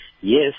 Yes